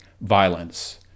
violence